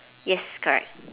yes correct